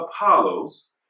Apollos